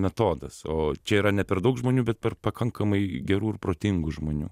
metodas o čia yra ne per daug žmonių bet per pakankamai gerų ir protingų žmonių